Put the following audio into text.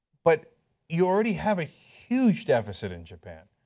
but you already have a huge deficit in japan.